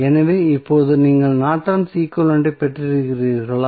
எனவே இப்போது நீங்கள் நார்டன்ஸ் ஈக்வலன்ட் ஐ பெற்றிருக்கிறீர்களா